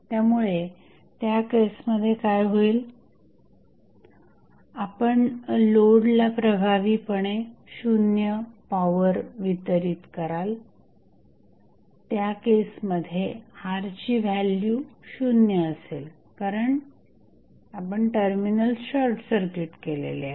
त्यामुळे त्या केसमध्ये काय होईल आपण लोडला प्रभावीपणे शून्य पॉवर वितरित कराल त्या केसमध्ये R ची व्हॅल्यू शून्य असेल कारण आपण टर्मिनल्स शॉर्टसर्किट केलेले आहेत